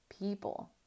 people